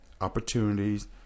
opportunities